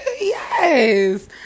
yes